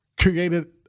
created